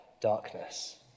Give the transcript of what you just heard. darkness